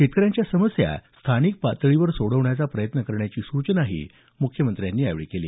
शेतकऱ्यांच्या समस्या स्थानिक पातळीवर सोडवण्याचा प्रयत्न करण्याची सूचनाही मुख्यमंत्र्यांनी यावेळी केली